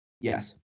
Yes